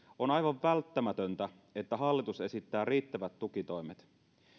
on aivan välttämätöntä että hallitus esittää riittävät tukitoimet